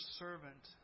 servant